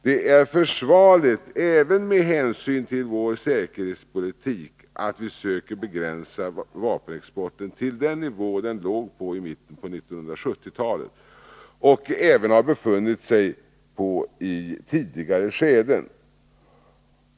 Det är försvarligt även med hänsyn till vår säkerhetspolitik att vi söker begränsa vapenexporten till den nivå som den låg på i mitten av 1970-talet och även har befunnit sig på i tidigare skeden.